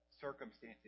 circumstances